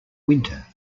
winter